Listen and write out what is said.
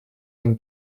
den